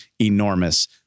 enormous